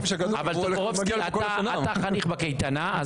טופורובסקי, אתה חניך בקייטנה.